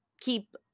keep